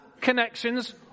connections